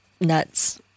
nuts